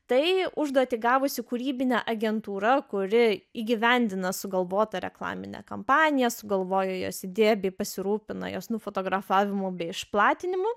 tai užduotį gavusi kūrybinė agentūra kuri įgyvendina sugalvotą reklaminę kampaniją sugalvoja jos idėją bei pasirūpina jos nufotografavimu bei išplatinimu